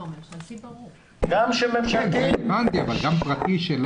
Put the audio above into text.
גם פרטי?